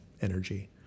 energy